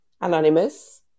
Anonymous